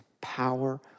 power